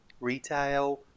retail